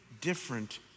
different